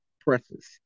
presses